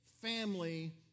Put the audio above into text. family